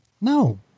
No